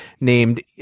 named